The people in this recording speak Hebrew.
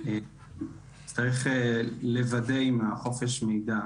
נצטרך לוודא עם החופש מידע,